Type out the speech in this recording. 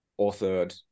authored